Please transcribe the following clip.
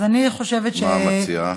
מה את מציעה?